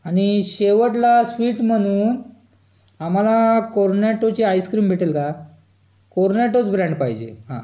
आणि शेवटला स्वीट म्हणून आम्हाला कोर्नॅटोची आयस्क्रीम भेटेल का कोर्नॅटोच ब्रँड पाहिजे हां